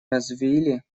развили